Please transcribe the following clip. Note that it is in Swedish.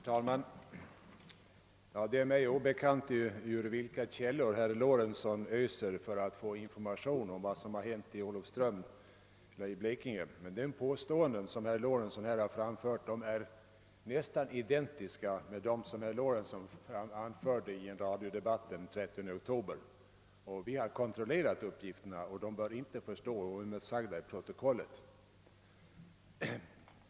Herr talman! Det är mig obekant ur vilka källor herr Lorentzon öser för att få information om vad som har hänt i Olofström nere i Blekinge. De påståenden som herr Lorentzon nu har framfört är nästan identiska med dem som herr Lorentzon framförde i radiodebatten den 30 oktober. Vi har kontrollerat uppgifterna. De bör inte få stå oemotsagda i protokollet.